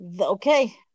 okay